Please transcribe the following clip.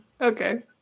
okay